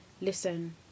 listen